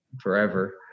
forever